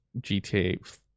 GTA